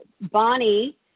Bonnie